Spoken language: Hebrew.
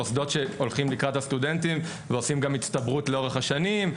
מוסדות שהולכים לקראת הסטודנטים ועושים גם הצטברות לאורך השנים,